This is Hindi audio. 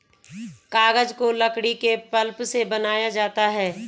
कागज को लकड़ी के पल्प से बनाया जाता है